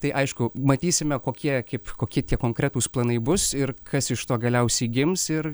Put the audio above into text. tai aišku matysime kokie kaip kokie tie konkretūs planai bus ir kas iš to galiausiai gims ir